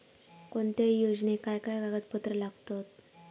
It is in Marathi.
कोणत्याही योजनेक काय काय कागदपत्र लागतत?